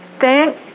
Thank